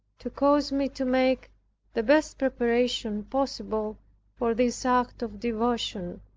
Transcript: to cause me to make the best preparation possible for this act of devotion.